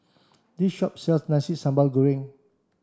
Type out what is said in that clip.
this shop sells Nasi Sambal Goreng